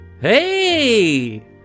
Hey